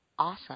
Awesome